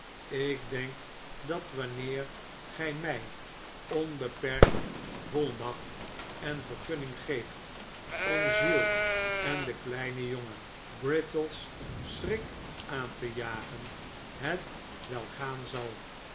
ik denk dat wanneer gij mij onbeperkt volmacht en vergunning geeft om giles en den kleinen jongen brittles schrik aan te jagen het wel gaan zal